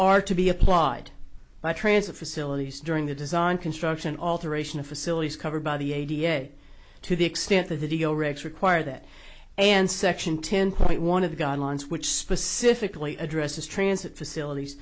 are to be applied by transit facilities during the design construction alteration of facilities covered by the a d a s to the extent the video wrecks require that and section ten point one of the guidelines which specifically addresses transit facilities